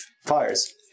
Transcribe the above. fires